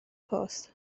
post